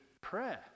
prayer